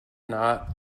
not